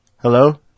Hello